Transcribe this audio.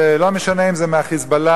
זה לא משנה אם זה מה"חיזבאללה",